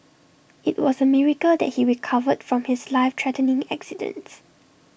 IT was A miracle that he recovered from his life threatening accidents